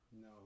no